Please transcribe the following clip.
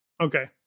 okay